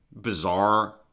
bizarre